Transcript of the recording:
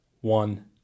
one